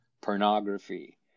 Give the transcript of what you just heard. pornography